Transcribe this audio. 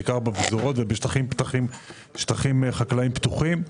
בעיקר בפזורות ובשטחים חקלאיים פתוחים.